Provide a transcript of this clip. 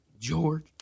George